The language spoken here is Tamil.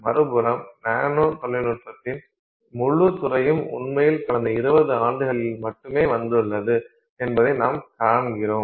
மறுபுறம் நானோ தொழில்நுட்பத்தின் முழுத் துறையும் உண்மையில் கடந்த 20 ஆண்டுகளில் மட்டுமே வந்துள்ளது என்பதை நாம் காண்கிறோம்